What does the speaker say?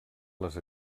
les